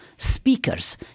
Speakers